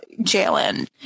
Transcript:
Jalen